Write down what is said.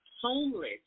homeless